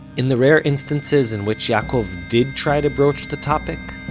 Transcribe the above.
in the rare instances in which yaakov did try to broach the topic,